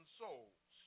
souls